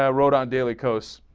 yeah wrote on daily coz